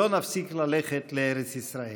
/ לא נפסיק ללכת לארץ ישראל".